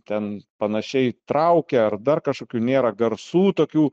ten panašiai traukia ar dar kažkokių nėra garsų tokių